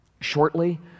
shortly